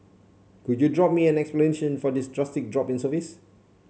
could you drop me an explanation for this drastic drop in service